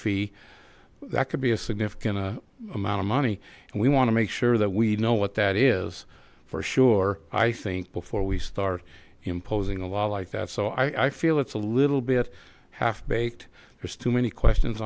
fee that could be a significant amount of money and we want to make sure that we know what that is for sure i think before we start imposing a law like that so i feel it's a little bit half baked there's too many questions